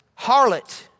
harlot